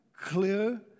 clear